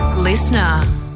Listener